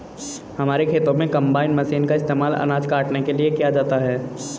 हमारे खेतों में कंबाइन मशीन का इस्तेमाल अनाज काटने के लिए किया जाता है